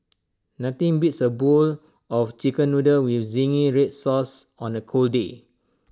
nothing beats A bowl of Chicken Noodles with Zingy Red Sauce on A cold day